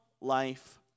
life